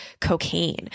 cocaine